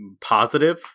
positive